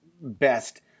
best